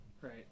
Right